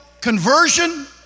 conversion